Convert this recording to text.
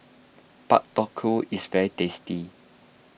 Pak Thong Ko is very tasty